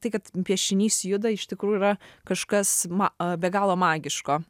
tai kad piešinys juda iš tikrųjų yra kažkas ma be galo magiško